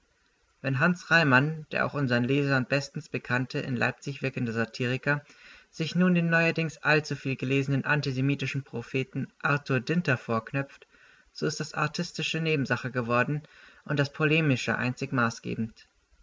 wenn hans reimann der auch unsern lesern bestens bekannte in leipzig wirkende satiriker sich nun den neuerdings allzu viel gelesenen antisemitischen propheten artur dinter vorknöpft so ist das artistische nebensache geworden und das polemische einzig maßgebend